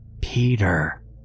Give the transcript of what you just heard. Peter